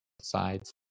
sides